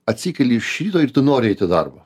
atsikeli iš ryto ir tu nori eit į darbą